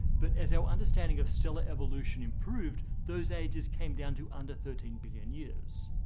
but as our understanding of stellar evolution improved, those ages came down to under thirteen billion years.